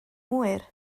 hwyr